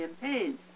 campaigns